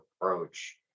approach